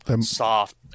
soft